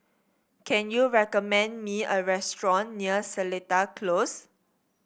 can you recommend me a restaurant near Seletar Close